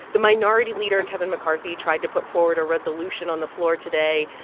the minority leader, kevin mccarthy, tried to put forward a resolution on the floor today,